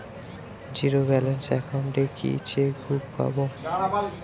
Zero balance account এ কি chequebook পাব?